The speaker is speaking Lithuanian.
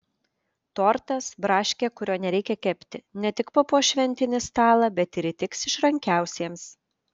tortas braškė kurio nereikia kepti ne tik papuoš šventinį stalą bet ir įtiks išrankiausiems